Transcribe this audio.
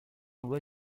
loin